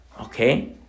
Okay